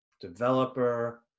developer